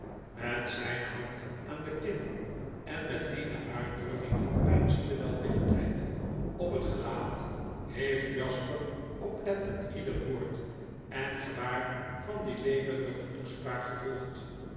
met zpe hand aan de kin en met eene uitdrukking van peinzende welwillendheid op het gelaat heeft jasper oplettend iederwoord en gebaar van die levendige toespraak gevolgd